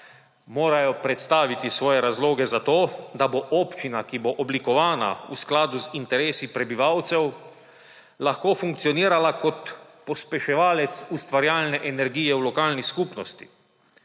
morajo predstaviti svoje razloge za to, da bo občina, ki bo oblikovana v skladu z interesi prebivalcev, lahko funkcionirala kot pospeševalec ustvarjalne energije v lokalni skupnosti.